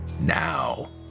Now